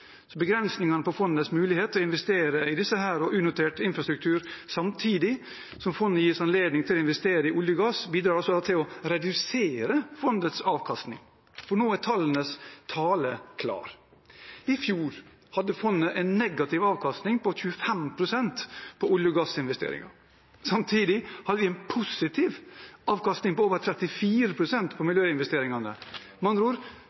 Begrensningene på fondets mulighet til å investere i disse og unotert infrastruktur samtidig som fondet gis anledning til å investere i olje og gass, bidrar til å redusere fondets avkastning. For nå er tallenes tale klar: I fjor hadde fondet en negativ avkastning på 25 pst. på olje- og gassinvesteringer. Samtidig hadde vi en positiv avkastning på over 34 pst. på miljøinvesteringene. Med andre ord